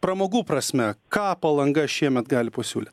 pramogų prasme ką palanga šiemet gali pasiūlyt